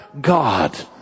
God